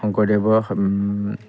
শংকৰদেৱৰ